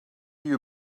you